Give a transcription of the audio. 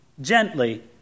gently